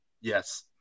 Yes